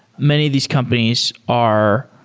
many of these companies are,